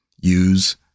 use